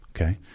Okay